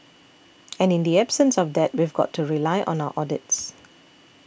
and in the absence of that we've got to rely on our audits